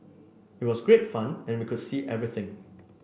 it was great fun and we could see everything